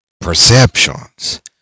perceptions